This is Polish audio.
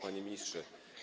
Panie Ministrze!